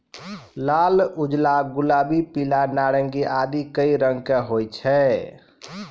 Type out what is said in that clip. लाल, उजला, गुलाबी, पीला, नारंगी आदि कई रंग के होय छै